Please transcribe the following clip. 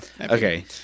Okay